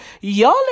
y'all